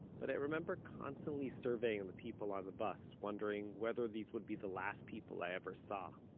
but i remember constantly surveying and the people on the bus, wondering whether these would be the last people i ever saw